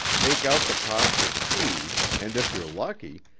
take out the cost of feed, and if you're lucky,